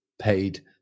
paid